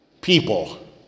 people